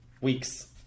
weeks